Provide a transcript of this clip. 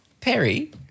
Perry